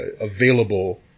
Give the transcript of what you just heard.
available